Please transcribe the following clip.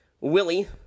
Willie